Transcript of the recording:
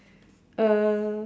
uh